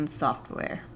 software